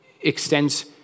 extends